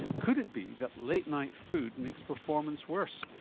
could it be that late-night food makes performance worse?